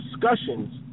discussions